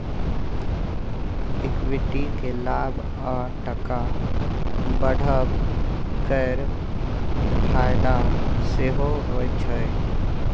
equity केँ लाभ आ टका बढ़ब केर फाएदा सेहो होइ छै